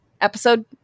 episode